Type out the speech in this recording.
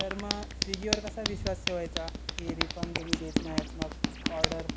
तर मग स्विगीवर कसा विश्वास ठेवायचा की रिफंड तुम्ही देत नाहीत मग ऑर्डर